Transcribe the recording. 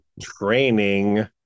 training